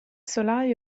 solaio